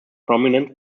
prominent